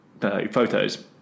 photos